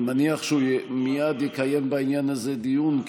אני מניח שהוא מייד יקיים בעניין הזה דיון,